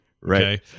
right